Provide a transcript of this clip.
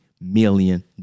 million